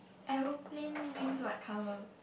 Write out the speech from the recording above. aeroplane wings white colour